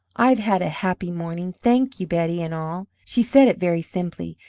i have had a happy morning, thank you, betty and all. she said it very simply,